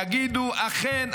יגידו: אכן,